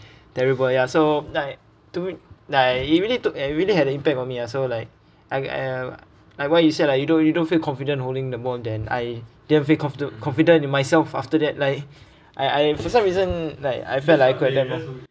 terrible ya so like to like it really took ya it really had a impact on me ah so like I am like what you said like you don't you don't feel confident holding the ball then I didn't feel confide~ confident in myself after that like I I for some reason like I felt like I quite damn lor